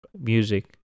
music